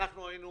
ואנחנו היינו